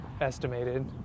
estimated